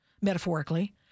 metaphorically